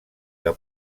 que